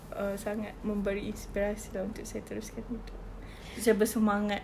err sangat memberi inspirasi lah untuk settle scandal itu macam bersemangat